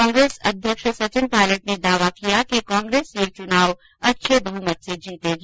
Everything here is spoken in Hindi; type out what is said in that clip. कांग्रेस अध्यक्ष सचिन पायलट ने दावा किया कि कांग्रेस यह चुनाव अच्छे बहुमत से जीतेगी